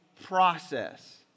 process